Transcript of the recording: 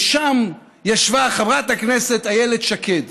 ושם ישבה חברת הכנסת איילת שקד.